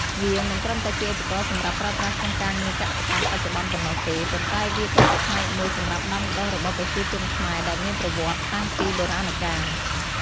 វាមិនត្រឹមតែជាឧបករណ៍សម្រាប់ប្រើប្រាស់ក្នុងការងារកសិកម្មបច្ចុប្បន្នប៉ុណ្ណោះទេ ប៉ុន្តែវាក៏ជាផ្នែកមួយសម្រាប់ដាំដុះរបស់ប្រជាជនខ្មែរដែលមានប្រវត្តិសតាំងពីបុរាណកាល។